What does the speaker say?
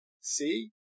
see